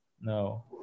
No